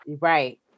Right